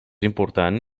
important